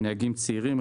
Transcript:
נהגים צעירים,